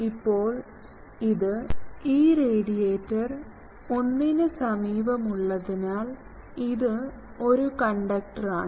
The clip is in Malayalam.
ഇപ്പോൾ ഇത് ഈ റേഡിയേറ്റർ 1 ന് സമീപമുള്ളതിനാൽ ഇത് ഒരു കണ്ടക്ടറാണ്